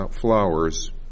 flowers